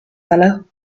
fellow